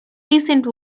recent